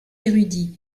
érudits